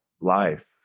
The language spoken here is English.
life